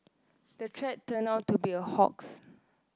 the threat turned out to be a hoax